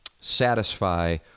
satisfy